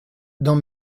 dans